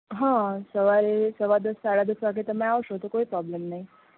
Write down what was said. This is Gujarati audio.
હં સવારે સવા દસ સાડા દસ વાગ્યે તમે આવશો તો કોઈ પ્રોબ્લેમ નહીં